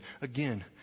Again